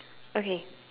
okay